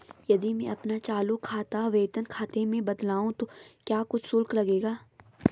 यदि मैं अपना चालू खाता वेतन खाते में बदलवाऊँ तो क्या कुछ शुल्क लगेगा?